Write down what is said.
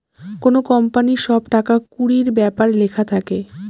কোনো কোম্পানির সব টাকা কুড়ির ব্যাপার লেখা থাকে